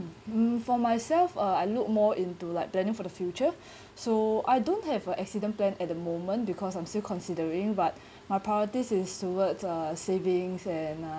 um for myself uh I look more into like planning for the future so I don't have a accident plan at the moment because I'm still considering but my priorities is toward uh savings and uh